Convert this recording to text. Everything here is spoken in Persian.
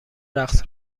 رقص